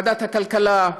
ועדת הכלכלה,